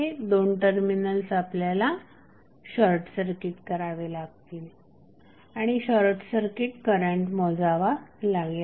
हे दोन टर्मिनल्स आपल्याला शॉर्टसर्किट करावे लागतील आणि शॉर्टसर्किट करंट मोजावा लागेल